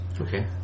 Okay